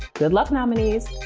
good luck, nominees,